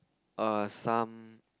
err some